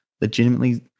legitimately